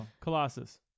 Colossus